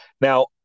Now